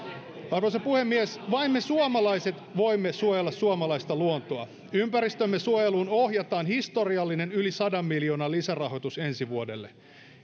arvoisa puhemies vain me suomalaiset voimme suojella suomalaista luontoa ympäristömme suojeluun ohjataan historiallinen yli sadan miljoonan lisärahoitus ensi vuodelle